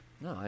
No